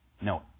No